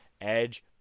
Edge